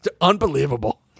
Unbelievable